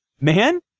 man